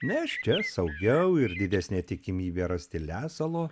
nes čia saugiau ir didesnė tikimybė rasti lesalo